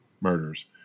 murders